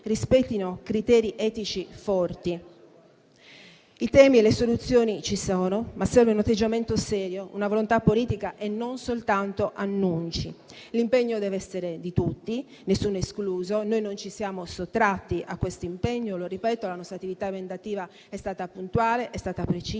rispettino criteri etici forti. I temi e le soluzioni ci sono, ma serve un atteggiamento serio, una volontà politica e non soltanto annunci. L'impegno deve essere di tutti, nessuno escluso. Noi non ci siamo sottratti a questo impegno; ripeto che la nostra attività emendativa è stata puntuale e precisa,